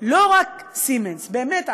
שלא רק סימנס, באמת,